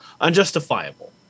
unjustifiable